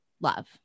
love